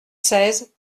seize